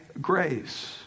grace